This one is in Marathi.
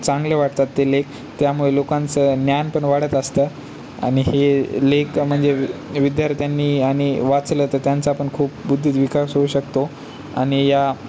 चांगले वाटतात ते लेख त्यामुळे लोकांचं ज्ञानपण वाढत असतं आणि हे लेख म्हणजे विद्यार्थ्यांनी आणि वाचलं तर त्यांचापण खूप बुद्धीत विकास होऊ शकतो आणि या